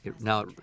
now